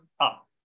up